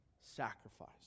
sacrifice